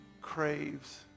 craves